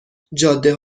جاده